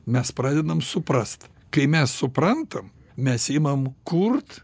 mes pradedam suprasti kai mes suprantam mes imam kurti